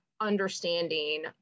understanding